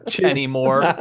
anymore